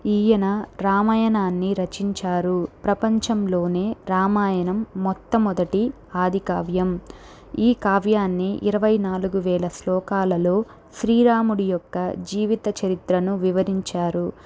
ఈయన రామాయణాన్ని రచించారు ప్రపంచంలో రామాయణం మొట్ట మొదటి ఆది కావ్యం ఈ కావ్యాన్ని ఇరవై నాలుగు వేల శ్లోకాలలో శ్రీరాముడి యొక్క జీవిత చరిత్రను వివరించారు